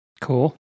Cool